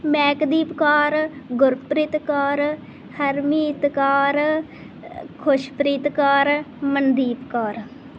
Mehakdeep Kaur Gurpreet Kaur Harmeet Kaur Khushpreet Kaur Mandeep Kaur